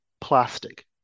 plastic